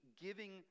giving